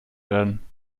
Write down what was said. werden